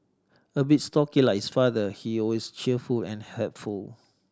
a bit stocky like his father he is always cheerful and helpful